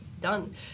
done